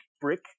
brick